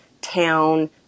town